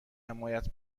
حمایت